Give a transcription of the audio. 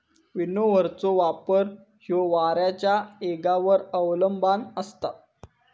विनोव्हरचो वापर ह्यो वाऱ्याच्या येगावर अवलंबान असता